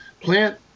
plant